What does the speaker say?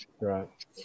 right